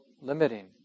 limiting